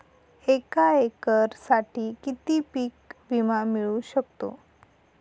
एका एकरसाठी किती पीक विमा मिळू शकतो?